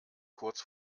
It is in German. kurz